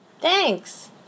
thanks